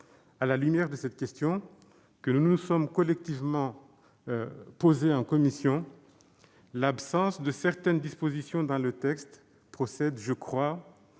À la lumière de cette question, que nous nous sommes posée collectivement en commission, l'absence de certaines dispositions dans le texte procède, je crois,